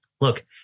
Look